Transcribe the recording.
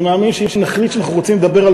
אני מאמין שכשנחליט שאנחנו רוצים לדבר על